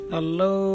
Hello